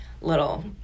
little